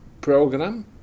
program